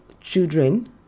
children